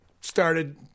started